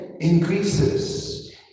increases